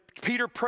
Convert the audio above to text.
Peter